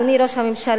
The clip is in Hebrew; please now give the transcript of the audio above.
אדוני ראש הממשלה,